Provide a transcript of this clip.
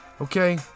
Okay